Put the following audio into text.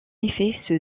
effet